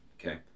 okay